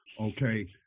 Okay